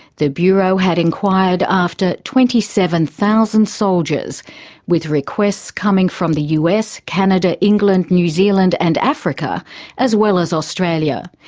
the bureau had enquired after twenty seven thousand soldiers with requests coming from the us, canada, england, new zealand and africa as well as australia.